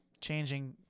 Changing